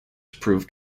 proved